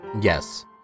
Yes